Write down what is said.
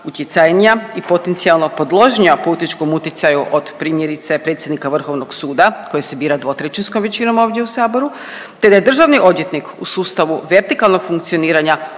utjecajnija i potencijalno podložnija političkom utjecaju od primjerice predsjednika Vrhovnog suda koji se bira 2/3 većinom ovdje u saboru te da je državni odvjetnik u sustavu vertikalnog funkcioniranja